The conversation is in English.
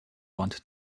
want